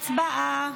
הצבעה.